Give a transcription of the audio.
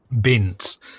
bins